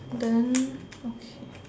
then okay